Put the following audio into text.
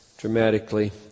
Dramatically